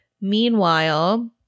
Meanwhile